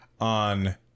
on